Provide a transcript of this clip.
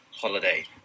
holiday